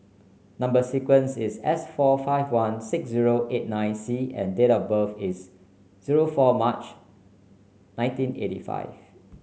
number sequence is S four five one six zero eight nine C and date of birth is zero four March nineteen eighty five